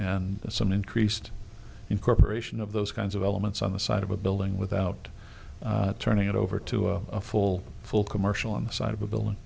and some increased incorporation of those kinds of elements on the side of a building without turning it over to a full full commercial on the side of a building